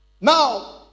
Now